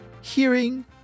hearing